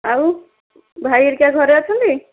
ଆଉ ଭାଇ ହେରିକା ଘରେ ଅଛନ୍ତି